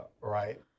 right